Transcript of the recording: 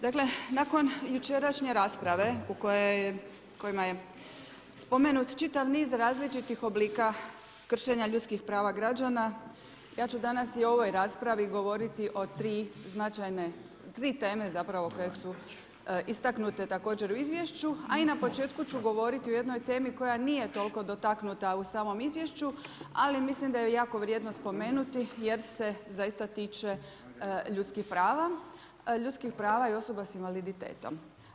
Dakle, nakon jučerašnje rasprave u kojima je spomenut čitav niz različitih oblika kršenja ljudskih prava građana, ja ću danas i u ovoj raspravi govoriti o 3 značajne, 3 teme koje su istaknute također u izvješću, a i na početku ću govoriti o jednoj temi, koja nije toliko dotaknuta u samom izvješću, ali mislim da ju je jako vrijedno spomenuti, jer se zaista tiče ljudskih prava, ljudskih prava i osoba s invaliditetom.